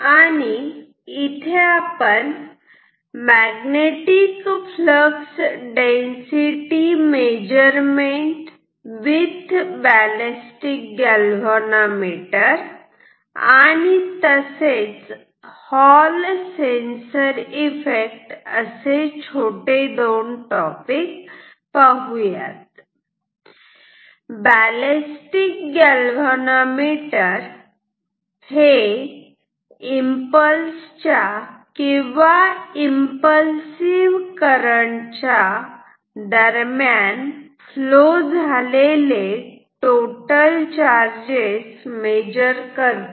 आणि इथे आपण magnetic flux density measurement with ballistic galvanometer आणि तसेच हॉल सेन्सर इफेक्ट असे छोटे दोन टॉपिक पाहुयात बॅलेस्टिक गॅलव्हॅनोमीटर हे इम्पल्स च्या किंवा या इम्पल्सिव करंट च्या दरम्यान फ्लो झालेले टोटल चार्जेस मेजर करते